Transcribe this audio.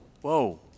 whoa